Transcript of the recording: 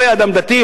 הוא היה אדם דתי,